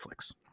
netflix